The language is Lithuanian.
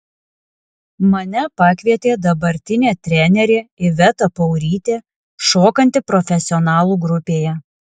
mane pakvietė dabartinė trenerė iveta paurytė šokanti profesionalų grupėje